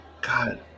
god